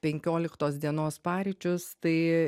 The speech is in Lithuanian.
penkioliktos dienos paryčius tai